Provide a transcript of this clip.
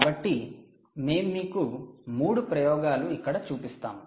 కాబట్టి మేము మీకు 3 ప్రయోగాలు ఇక్కడ చూపిస్తాము